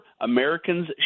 Americans